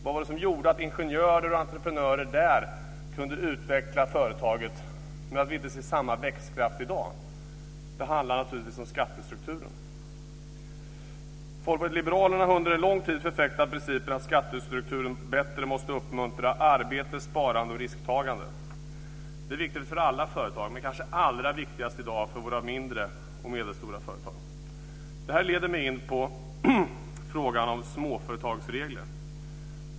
Vad var det som gjorde att ingenjörer och entreprenörer där kunde utveckla företaget, och varför ser vi inte samma växtkraft i dag? Det handlar naturligtvis om skattestrukturen. Folkpartiet liberalerna har under en lång tid förfäktat principen att skattestrukturen bättre måste uppmuntra arbete, sparande och risktagande. Det är viktigt för alla företag, men kanske allra viktigast i dag för våra mindre och medelstora företag. Det här leder mig in på frågan om småföretagsregler.